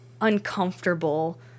uncomfortable